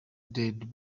dead